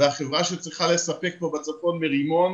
והחברה שצריכה לספק פה בצפון, מרימון,